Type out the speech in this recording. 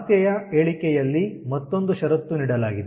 ಸಮಸ್ಯೆಯ ಹೇಳಿಕೆಯಲ್ಲಿ ಮತ್ತೊಂದು ಷರತ್ತು ನೀಡಲಾಗಿದೆ